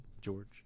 George